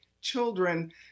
children